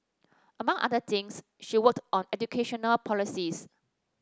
among other things she worked on educational policies